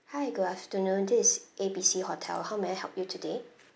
hi good afternoon this is A B C hotel how may I help you today